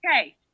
okay